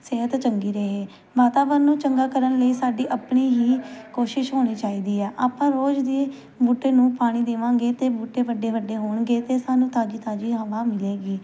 ਸਿਹਤ ਚੰਗੀ ਰਹੇ ਵਾਤਾਵਰਨ ਨੂੰ ਚੰਗਾ ਕਰਨ ਲਈ ਸਾਡੀ ਆਪਣੀ ਹੀ ਕੋਸ਼ਿਸ਼ ਹੋਣੀ ਚਾਹੀਦੀ ਹੈ ਆਪਾਂ ਰੋਜ਼ ਦੇ ਬੂਟੇ ਨੂੰ ਪਾਣੀ ਦੇਵਾਂਗੇ ਤਾਂ ਬੂਟੇ ਵੱਡੇ ਵੱਡੇ ਹੋਣਗੇ ਅਤੇ ਸਾਨੂੰ ਤਾਜ਼ੀ ਤਾਜ਼ੀ ਹਵਾ ਮਿਲੇਗੀ